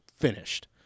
finished